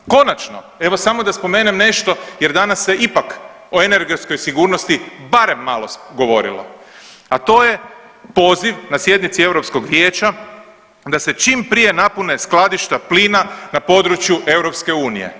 Konačno, evo samo da spomenem nešto jer danas se ipak o energetskoj sigurnosti barem malo govorilo a to je poziv na sjednici Europskog vijeća da se čim prije napune skladišta plina na području EU.